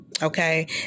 Okay